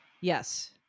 yes